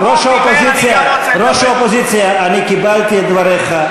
ראש האופוזיציה, אני קיבלתי את דבריך.